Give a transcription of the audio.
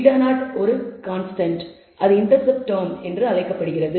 Β0 ஒரு கான்ஸ்டன்ட் அது intercept term என அழைக்கப்படுகிறது